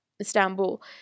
istanbul